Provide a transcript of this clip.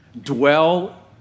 dwell